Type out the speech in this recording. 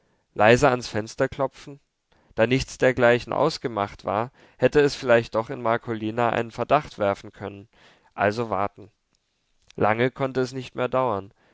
leise ans fenster klopfen da nichts dergleichen ausgemacht war hätte es vielleicht doch in marcolina einen verdacht werfen können also warten lange konnte es nicht mehr dauern